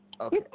Okay